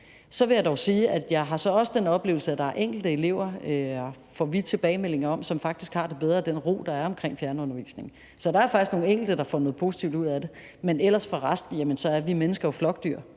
Så vil jeg dog sige, at jeg også har den oplevelse, at der er enkelte elever – får vi tilbagemeldinger om – som faktisk har det bedre med den ro, der er omkring fjernundervisning. Så der er faktisk nogle enkelte, der får noget positivt ud af det. Men ellers, for resten, så er vi mennesker jo flokdyr